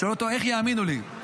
הוא שואל אותו: איך יאמינו לי?